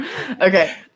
Okay